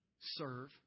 serve